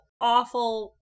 Awful